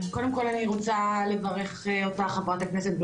קודם כל אני רוצה לברך אותך חברת הכנסת,